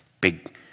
big